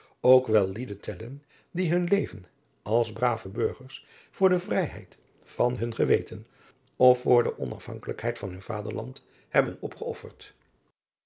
ook wel lieden tellen die hun leven als brave burgers voor de vrijheid van hun geweten of voor de onafhankelijkheid van hun vaderland hebben opgeofferd